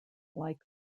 like